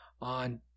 on